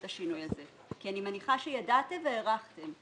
השינוי הזה כי אני מניחה שידעתם והערכתם.